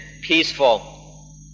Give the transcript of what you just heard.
peaceful